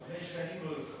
חמש שנים לא יושם.